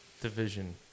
division